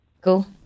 Cool